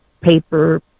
paper